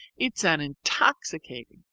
it's an intoxicating,